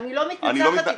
אני לא מתנצחת איתך.